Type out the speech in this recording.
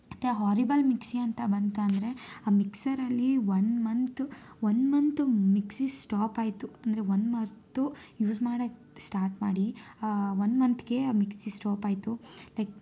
ಮತ್ತು horrible mixie ಅಂತ ಬಂತು ಅಂದರೆ ಆ ಮಿಕ್ಸರಲ್ಲಿ one month one month mixie stop ಆಯಿತು ಅಂದರೆ ಒನ್ ಮರ್ತು ಯೂಸ್ ಮಾಡಕ್ಕೆ ಸ್ಟಾರ್ಟ್ ಮಾಡಿ ಒನ್ ಮಂತ್ಗೆ ಆ ಮಿಕ್ಸಿ ಸ್ಟಾಪ್ ಆಯಿತು ಲೈಕ್